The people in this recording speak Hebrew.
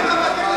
למה,